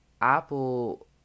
Apple